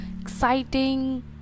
exciting